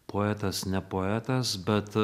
poetas ne poetas bet